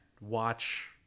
watch